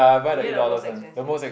you get the most expensive ah